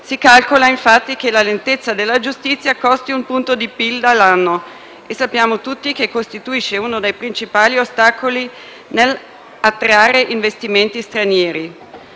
Si calcola infatti che la lentezza della giustizia costi un punto di PIL all'anno e sappiamo tutti che costituisce uno dei principali ostacoli nell'attrarre investimenti stranieri.